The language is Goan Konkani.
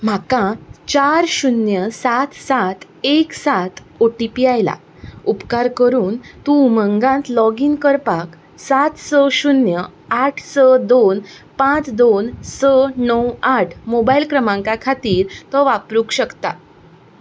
म्हाका चार शुन्य सात सात एक सात ओ टी पी आयला उपकार करून तूं उमंगात लॉगीन करपाक सात स शुन्य आठ स दोन पांच दोन स णव आठ मोबायल क्रमांका खातीर तो वापरूंक शकता